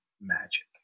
magic